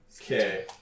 Okay